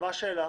מה השאלה?